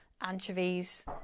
anchovies